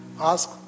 ask